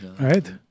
Right